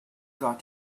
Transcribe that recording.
got